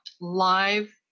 live